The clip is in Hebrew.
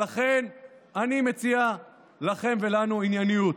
ולכן אני מציע לכם ולנו ענייניות.